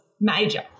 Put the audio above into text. major